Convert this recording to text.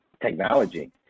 technology